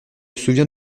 souviens